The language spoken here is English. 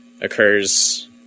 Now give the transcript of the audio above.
occurs